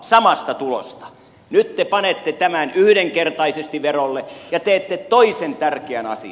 nyt te panette tämän yhdenkertaisesti verolle ja teette toisen tärkeän asian